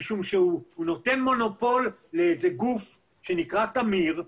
משום שהוא נותן מונופול לאיזה גוף שנקרא "תמיר",